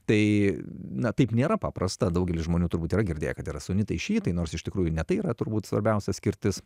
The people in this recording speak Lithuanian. tai na taip nėra paprasta daugelis žmonių turbūt yra girdėję kad yra sunitai šiitai nors iš tikrųjų ne tai yra turbūt svarbiausia skirtis